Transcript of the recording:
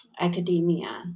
academia